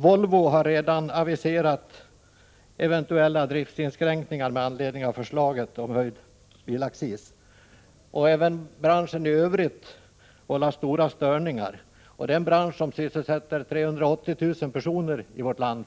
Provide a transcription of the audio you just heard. Volvo har redan aviserat eventuella driftsinskränkningar med anledning av förslaget om höjd bilaccis. Även inom branschen i övrigt vållas stora störningar. Det är en bransch som sysselsätter 380 000 personer totalt i vårt land